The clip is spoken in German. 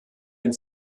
den